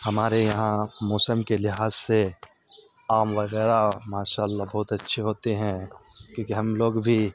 ہمارے یہاں موسم کے لحاظ سے آم وغیرہ ماشاء اللہ بہت اچھے ہوتے ہیں کیونکہ ہم لوگ بھی